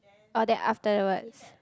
oh then afterwards